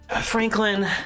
Franklin